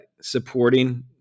supporting